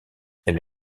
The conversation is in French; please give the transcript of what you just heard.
elle